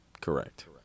Correct